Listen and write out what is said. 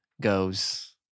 goes